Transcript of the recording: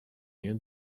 you